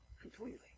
Completely